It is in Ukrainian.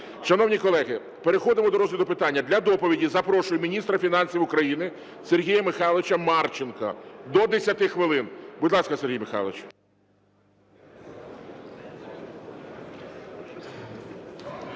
Шановні колеги, переходимо до розгляду питання. Для доповіді запрошую міністра фінансів України Сергія Михайловича Марченка – до 10 хвилин. Будь ласка, Сергій Михайлович.